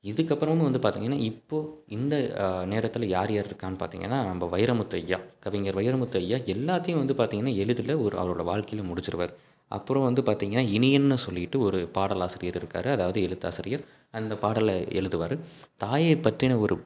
இதுக்கப்புறம்னு வந்து பார்த்திங்கனா இப்போ இந்த நேரத்தில் யார் யார் இருக்கான்னு பார்த்திங்கனா நம்ப வைரமுத்து ஐயா கவிஞர் வைரமுத்து ஐயா எல்லாத்தையும் வந்து பார்த்திங்கனா எளிதில் ஒரு அவரோட வாழ்க்கையில முடிச்சிருவார் அப்புறம் வந்து பார்த்திங்கனா இனியன்னு சொல்லிவிட்டு ஒரு பாடலாசிரியர் இருக்கார் அதாவது எழுத்தாசிரியர் அந்த பாடலை எழுதுவாரு தாயை பற்றின ஒரு